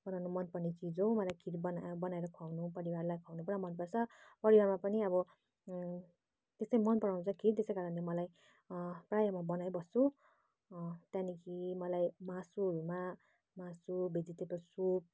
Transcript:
बनाउन मनपर्ने चिज हो मलाई खिर बना बनाएर खुवाउनु परिवारलाई खुवाउनु पुरा मनपर्छ परिवारमा पनि अब त्यस्तै मन पराउँछ खिर त्यसै कारणले मलाई प्रायः म बनाइबस्छु त्यहाँदेखि मलाई मासुहरूमा मासु भेजिटेबल सुप